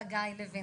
חגי לוין,